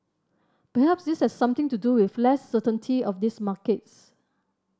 perhaps this has something to do with less certainty of these markets